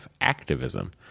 activism